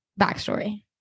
backstory